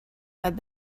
have